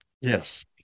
Yes